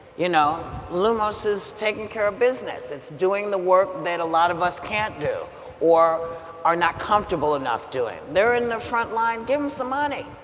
you know, lumos is taking care of business, it's doing the work that a lot of us can't do or are not comfortable enough doing. they're in the frontline give them some money!